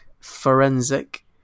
forensic